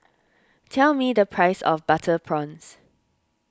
tell me the price of Butter Prawns